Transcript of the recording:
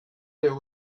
der